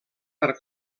per